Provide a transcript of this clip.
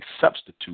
substitute